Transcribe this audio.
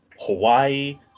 Hawaii